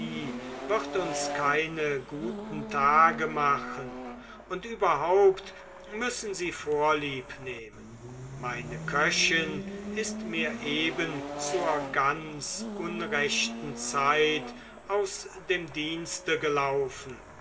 wird uns keine guten tage machen und überhaupt müssen sie vorliebnehmen meine köchin ist mir eben zur ganz unrechten zeit aus dem dienste gelaufen